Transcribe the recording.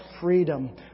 freedom